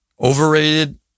overrated